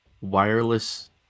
Wireless